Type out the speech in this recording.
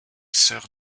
sœur